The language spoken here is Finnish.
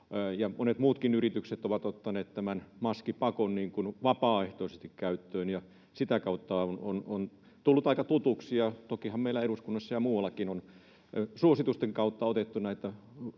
monet muutkin yritykset ovat ottaneet tämän maskipakon vapaaehtoisesti käyttöön, ja sitä kautta se on tullut aika tutuksi. Tokihan meillä eduskunnassa ja muuallakin on suositusten kautta otettu näitä